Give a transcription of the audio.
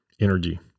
energy